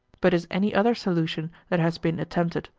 but is any other solution that has been attempted,